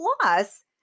Plus